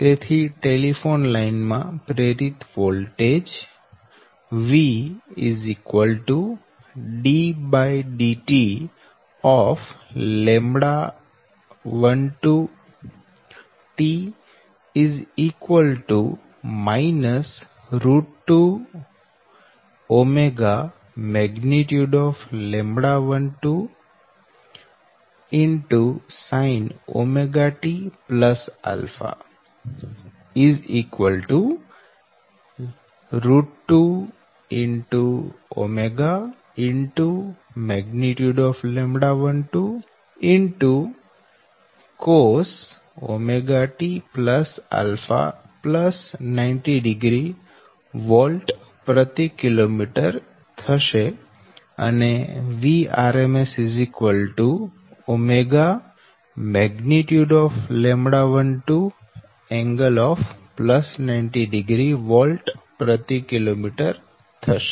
તેથી telephone line માં પ્રેરિત voltage V d dt λ12 2𝜔λ12 sin𝜔t𝛼 2𝜔 λ12 cos𝜔t𝛼90º વોલ્ટકિમી થશે અને Vrms 𝜔 λ12ㄥ𝛼90º વોલ્ટકિલોમીટર થશે